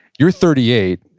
you're thirty eight.